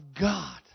God